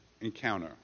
encounter